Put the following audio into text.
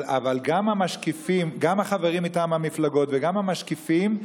אבל גם החברים מטעם המפלגות וגם המשקיפים,